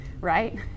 right